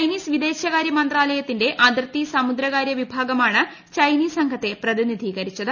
Chinese വിദേ ശകാര്യമന്ത്രാലയത്തിന്റെ അതിർത്തി കൃസ്മുദ്രകാര്യ വിഭാഗമാണ് ചൈനീസ് സംഘത്തെ പ്രതിനിധീക്കിച്ചത്